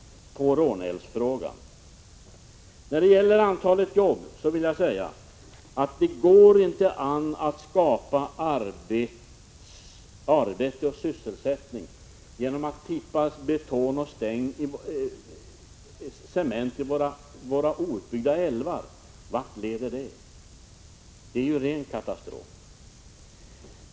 När det gäller antalet jobb vill jag säga att det inte går an att skapa arbete och sysselsättning genom att tippa betong och cement i våra outbyggda älvar. Vart leder det? Det är ju ren katastrof!